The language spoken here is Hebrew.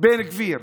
בן גביר.